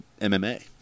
MMA